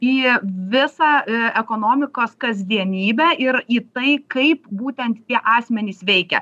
į visą ekonomikos kasdienybę ir į tai kaip būtent tie asmenys veikia